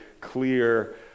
clear